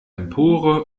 empore